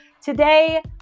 today